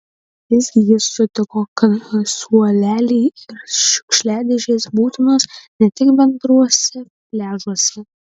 vis gi jis sutiko kad suoleliai ir šiukšliadėžės būtinos ne tik bendruose pliažuose